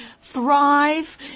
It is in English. thrive